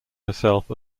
herself